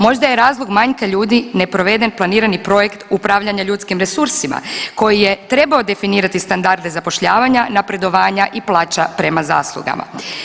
Možda je razlog manjka ljudi neproveden planirani projekt Upravljanja ljudskim resursima koji je trebao definirati standarde zapošljavanja, napredovanja i plaća prema zaslugama.